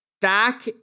back